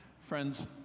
Friends